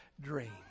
dream